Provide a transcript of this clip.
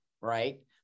right